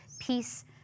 peace